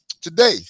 today